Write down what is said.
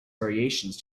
variations